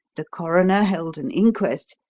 the coroner held an inquest,